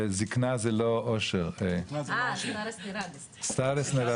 שזקנה זה לא אושר --- זה היה בדיון הקודם.